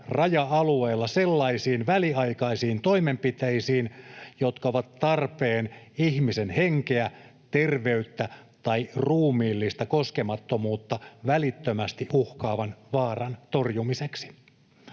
raja-alueella sellaisiin väliaikaisiin toimenpiteisiin, jotka ovat tarpeen ihmisen henkeä, terveyttä tai ruumiillista koskemattomuutta välittömästi uhkaavan vaaran torjumiseksi.